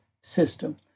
system